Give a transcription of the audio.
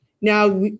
Now